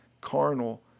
carnal